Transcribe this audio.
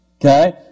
okay